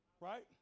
Right